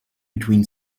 between